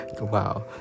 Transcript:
Wow